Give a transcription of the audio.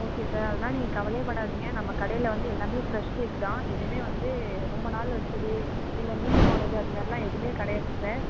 okay sir அதெல்லாம் நீங்கள் கவலையே படாதீங்கள் நம்ம கடையில் வந்து எல்லாமே ஃபிரெஷ் கேக்கு தான் எதுவுமே வந்து ரொம்ப நாள் வச்சது இல்லை மீந்து போனது அதுமாதிரில்லாம் எதுவுமே கிடையாது சார்